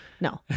No